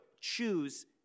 choose